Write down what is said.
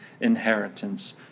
inheritance